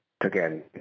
again